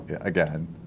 again